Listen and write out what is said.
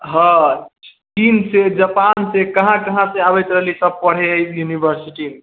हँ चीन से जापान से कहाँ कहाँ से आबैत रहलै पढ़ै ई यूनिवर्सिटी मे